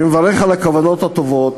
אני מברך על הכוונות הטובות,